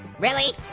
really,